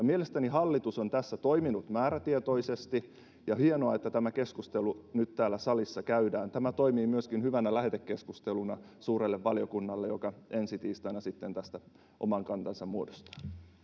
mielestäni hallitus on tässä toiminut määrätietoisesti ja hienoa että tämä keskustelu nyt täällä salissa käydään tämä toimii myöskin hyvänä lähetekeskusteluna suurelle valiokunnalle joka ensi tiistaina sitten tästä oman kantansa muodostaa